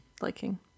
liking